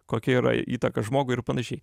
kokia yra įtaka žmogui ir panašiai